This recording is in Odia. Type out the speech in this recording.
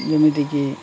ଯେମିତିକି